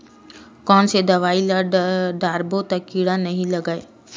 कोन से दवाई ल डारबो त कीड़ा नहीं लगय?